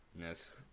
Yes